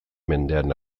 mendean